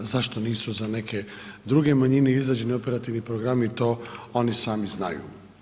Zašto nisu za neke druge manjene izrađeni operativni programi to oni sami znaju.